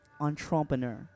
entrepreneur